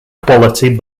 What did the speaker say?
quality